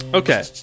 Okay